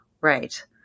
Right